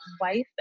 wife